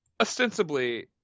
ostensibly